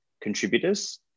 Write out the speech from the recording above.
contributors